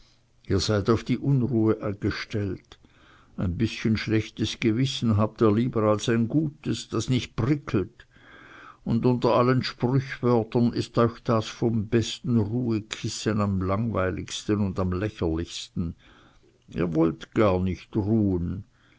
ihr seid auf die unruhe gestellt ein bißchen schlechtes gewissen habt ihr lieber als ein gutes das nicht prickelt und unter allen sprichwörtern ist euch das vom besten ruhekissen am langweiligsten und am lächerlichsten ihr wollt gar nicht ruhen